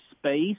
space